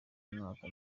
umwaka